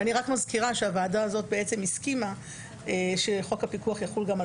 אני מזכירה שהוועדה הזאת הסכימה שחוק הפיקוח יחול גם על